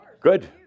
Good